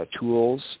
tools